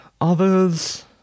others